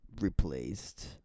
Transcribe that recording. replaced